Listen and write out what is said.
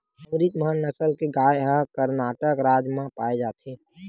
अमरितमहल नसल के गाय ह करनाटक राज म पाए जाथे